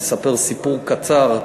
אספר סיפור קצר.